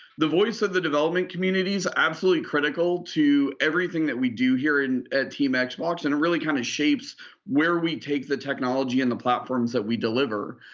the voice of the development community's absolutely critical to everything that we do here and at team xbox. and it really kind of shapes where we take the technology and the platforms that we deliver.